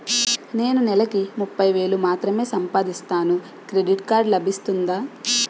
నేను నెల కి ముప్పై వేలు మాత్రమే సంపాదిస్తాను క్రెడిట్ కార్డ్ లభిస్తుందా?